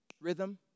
rhythm